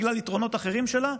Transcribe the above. בגלל יתרונות אחרים שלה?